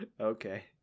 Okay